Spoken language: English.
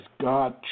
God